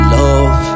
love